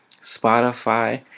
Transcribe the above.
Spotify